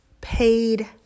paid